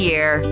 Year